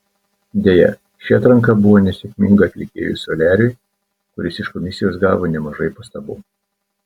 deja ši atranka buvo nesėkminga atlikėjui soliariui kuris iš komisijos gavo nemažai pastabų